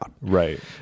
Right